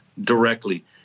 directly